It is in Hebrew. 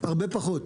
הרבה פחות.